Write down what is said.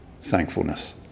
Thankfulness